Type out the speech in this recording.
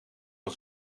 van